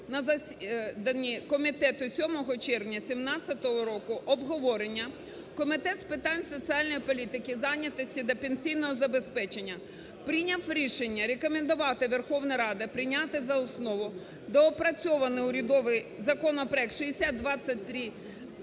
на засіданні комітету 7 червня 2017 року обговорення Комітет з питань соціальної політики, зайнятості та пенсійного забезпечення прийняв рішення рекомендувати Верховній Раді прийняти за основу доопрацьований урядовий законопроект 6023…